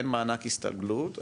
אין מענק הסתגלות,